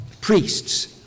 priests